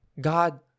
God